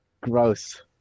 gross